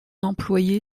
employé